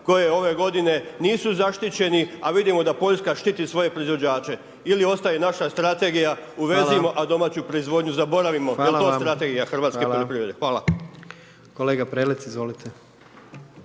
koje ove g. nisu zaštićeni, a vidimo da Poljska štiti svoje proizvođače ili ostaje naša strategija uvezimo a domaću proizvodnju zaboravimo, jel to strategija hrvatske poljoprivrede. Hvala.